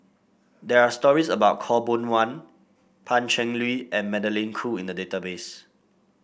there are stories about Khaw Boon Wan Pan Cheng Lui and Magdalene Khoo in the database